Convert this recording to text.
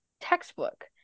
textbook